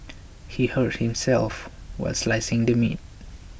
he hurt himself while slicing the meat